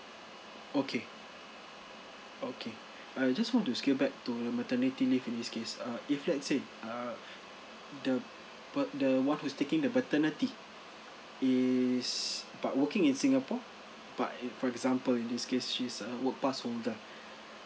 okay okay I just want to skip back to maternity leave in this case uh if let's say uh the per the one who's taking the paternity is but working in singapore but it for example in this case she's a work pass holder